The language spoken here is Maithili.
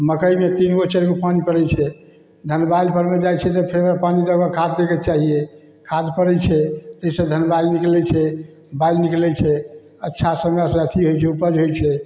मकइमे तीनगो चारिगो पानी पड़ै छै जखन बालिपरमे जाइ छै तखन पानी देबऽ खाद देबऽके चाहिए खाद पड़ै छै जाहिसँ धनबालि निकलै छै बालि निकलै छै अच्छा समयसँ अथी होइ छै उपज होइ छै